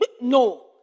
no